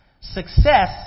Success